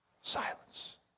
Silence